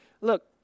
Look